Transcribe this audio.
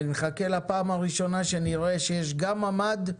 ונחכה לפעם הראשונה שיש גם ממ"ד,